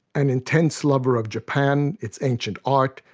an intense lover of japan, its ancient art,